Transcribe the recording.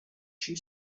she